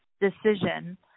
decision